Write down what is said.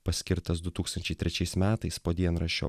paskirtas du tūkstančiai trečiais metais po dienraščio